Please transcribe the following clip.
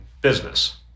business